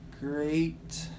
great